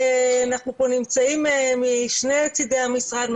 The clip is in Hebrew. אנחנו פה נמצאים משני צדי המשרד,